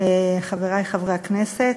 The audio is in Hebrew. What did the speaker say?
חברי חברי הכנסת,